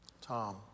Tom